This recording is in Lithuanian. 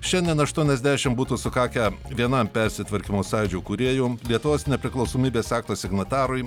šiandien aštuoniasdešim būtų sukakę vienam persitvarkymo sąjūdžio kūrėjų lietuvos nepriklausomybės akto signatarui